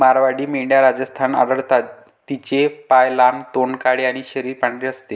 मारवाडी मेंढ्या राजस्थानात आढळतात, तिचे पाय लांब, तोंड काळे आणि शरीर पांढरे असते